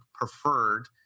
preferred